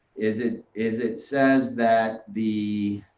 is it is it says that the